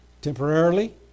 temporarily